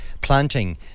planting